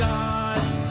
God